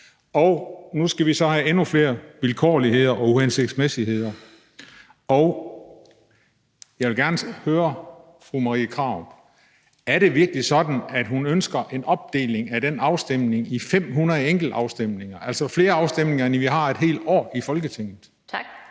og nu skal vi så have endnu flere vilkårligheder og uhensigtsmæssigheder. Jeg vil gerne høre fru Marie Krarup: Er det virkelig sådan, at hun ønsker en opdeling af den afstemning i 500 enkeltafstemninger, altså flere afstemninger, end vi har et helt år i Folketinget? Kl.